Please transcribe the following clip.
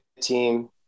team